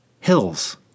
Hills